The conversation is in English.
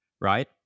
right